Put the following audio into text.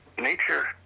nature